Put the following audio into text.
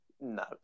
No